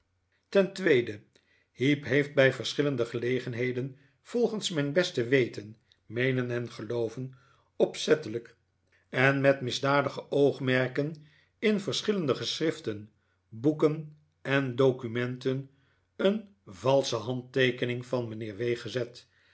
ten tweede heep heeft bij verschillende gelegenheden volgens mijn beste weten meenen en gelooven opzettelijk en met misdadige oogmerken in verschillende geschriften boeken en documenten een valsche handteekening van